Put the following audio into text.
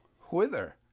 Whither